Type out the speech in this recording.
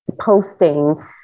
posting